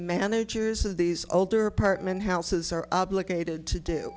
managers of these older apartment houses are obligated to do